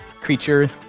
creature